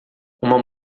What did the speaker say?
uma